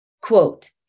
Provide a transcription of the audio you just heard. quote